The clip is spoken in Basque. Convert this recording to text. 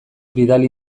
bidali